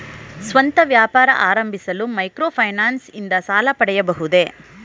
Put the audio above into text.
ಸ್ವಂತ ವ್ಯಾಪಾರ ಆರಂಭಿಸಲು ಮೈಕ್ರೋ ಫೈನಾನ್ಸ್ ಇಂದ ಸಾಲ ಪಡೆಯಬಹುದೇ?